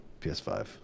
ps5